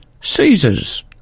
Caesar's